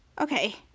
okay